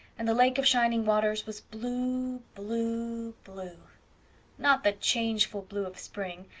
and the lake of shining waters was blue blue blue not the changeful blue of spring,